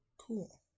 Cool